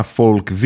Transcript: folk